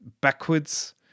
backwards